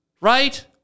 Right